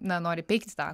na nori peikti tą